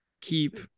keep